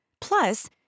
Plus